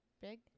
big